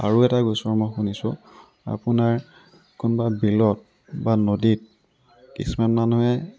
আৰু এটা গোচৰ মই শুনিছোঁ আপোনাৰ কোনোবা বিলত বা নদীত কিছুমান মানুহে